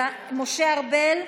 משה ארבל,